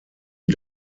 wie